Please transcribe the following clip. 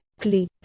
click